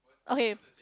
okay